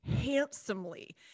handsomely